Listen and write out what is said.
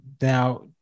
now